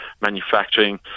manufacturing